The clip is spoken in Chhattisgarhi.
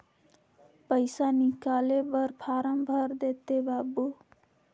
पइसा निकाले बर फारम भर देते बाबु?